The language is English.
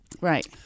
Right